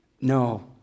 no